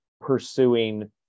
pursuing